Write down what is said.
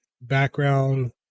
background